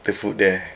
the food there